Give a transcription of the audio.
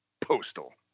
Postal